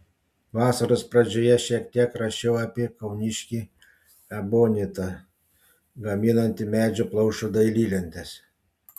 vasaros pradžioje šiek tiek rašiau apie kauniškį ebonitą gaminantį medžio plaušo dailylentes